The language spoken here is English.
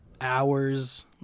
hours